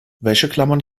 wäscheklammern